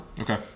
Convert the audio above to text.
Okay